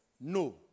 No